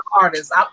artist